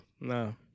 No